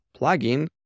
plugin